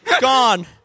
Gone